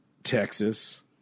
Texas